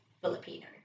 Filipino